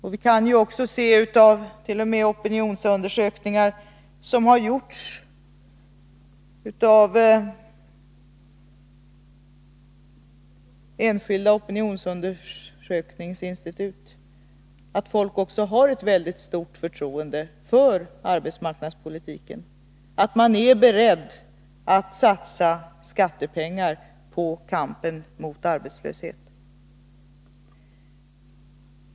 T. o. m. av opinionsundersökningar som gjorts av enskilda undersökningsinstitut kan vi se att folk har ett mycket stort förtroende för arbetsmark nadspolitiken, att man är beredd att satsa skattemedel på kampen mot arbetslösheten.